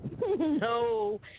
No